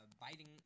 biting